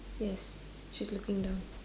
yes she's looking down